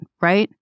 right